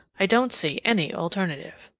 i don't see any alternative.